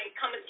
come